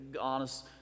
Honest